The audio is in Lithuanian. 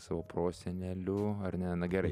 savo prosenelių ar ne na gerai